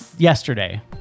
Yesterday